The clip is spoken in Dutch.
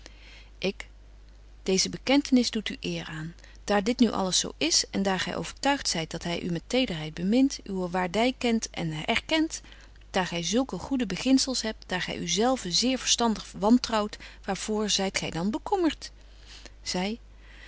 ik deeze bekentenis doet u eer aan daar dit nu alles zo is en daar gy overtuigt zyt dat hy u met tederheid bemint uwe waardy kent en erkent daar gy zulke goede beginzels hebt daar gy u zelve zeer verstandig wantrouwt waar voor zyt gy dan bekommert zy